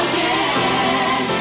Again